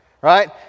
Right